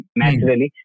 naturally